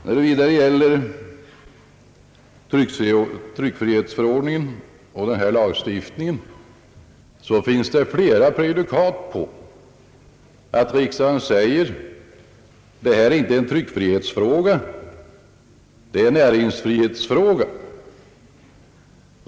Vidare finns det flera prejudikat på att riksdagen säger, att en viss fråga inte är att betrakta som en tryckfrihetsfråga utan som en näringsfrihetsfråga.